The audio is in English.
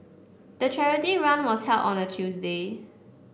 the charity run was held on a Tuesday